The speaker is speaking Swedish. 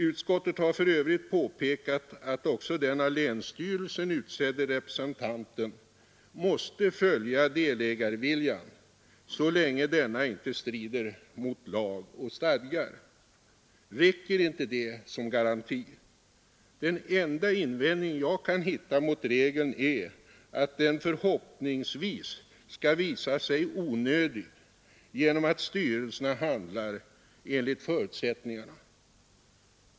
Utskottet har för övrigt påpekat att också den av länsstyrelsen utsedde representanten måste följa delägarviljan så länge denna inte strider mot lag och stadgar. Räcker inte det som garanti? Den enda invändning jag kan hitta mot regeln är att den förhoppningsvis skall visa sig onödig genom att styrelserna handlar enligt förutsättningarna.